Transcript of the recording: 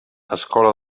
escola